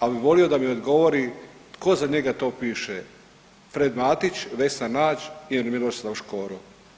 ali bi volio da mi odgovori tko za njega to piše, Frad Matić, Vesna Nađ ili Miroslav Škoro.